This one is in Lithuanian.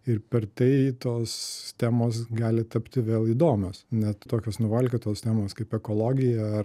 ir per tai tos temos gali tapti vėl įdomios net tokios nuvalkiotos temos kaip ekologija